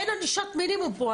אין ענישת מינימום פה,